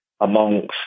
amongst